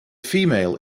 female